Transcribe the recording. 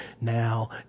now